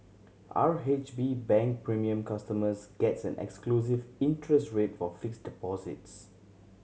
R H B Bank Premier customers gets an exclusive interest rate for fixed deposits